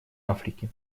африки